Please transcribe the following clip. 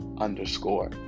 underscore